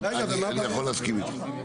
אני יכול להסכים איתך.